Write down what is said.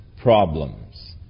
problems